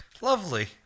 Lovely